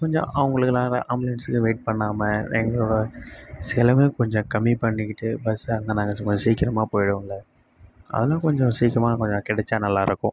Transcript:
கொஞ்சம் அவங்களுக்கு ஆம்புலன்ஸுக்கு வெயிட் பண்ணாமல் எங்களோட செலவையும் கொஞ்சம் கம்மி பண்ணிக்கிட்டு பஸ் அந்த நாங்கள் கொஞ்சம் சீக்கிரமாக போய்டுவோம்ல அதெல்லாம் கொஞ்சம் சீக்கிரமாக கொஞ்சம் கிடைத்தா நல்லா இருக்கும்